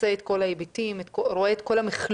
מכסה את כל ההיבטים ורואה את כל המכלול.